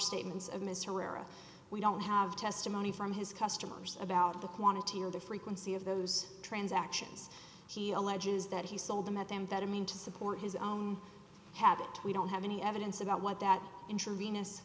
statements of mr era we don't have to mr money from his customers about the quantity or the frequency of those transactions he alleges that he sold them at them that i mean to support his own habit we don't have any evidence about what that intravenous